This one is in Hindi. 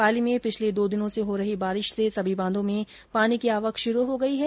पाली में पिछले दो दिनों से हो रही बारिश से सभी बांधों में पानी की आवक शुरू हो गई है